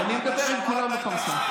אני מדבר עם כולם בפרסה.